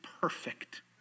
perfect